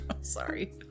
Sorry